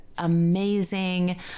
amazing